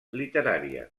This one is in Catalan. literària